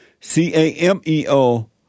C-A-M-E-O